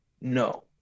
No